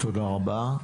תודה רבה.